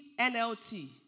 NLT